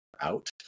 out